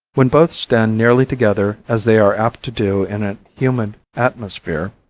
when both stand nearly together as they are apt to do in a humid atmosphere,